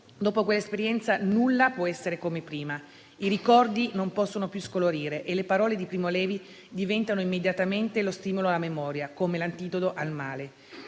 Dopo quell'esperienza nulla può essere come prima, i ricordi non possono più scolorire e le parole di Primo Levi diventano immediatamente lo stimolo alla memoria, come l'antidoto al male.